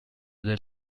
del